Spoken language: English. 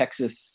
Texas